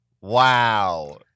Wow